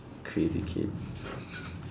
crazy kid